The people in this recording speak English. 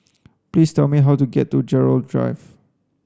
please tell me how to get to Gerald Drive